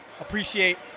appreciate